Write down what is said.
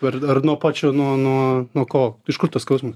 ar ar nuo pačio nuo nuo nuo ko iš kur tas skausmas